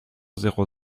zéro